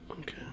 okay